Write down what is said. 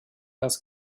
das